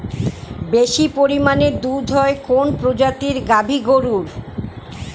বেশি পরিমানে দুধ হয় কোন প্রজাতির গাভি গরুর?